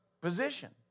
position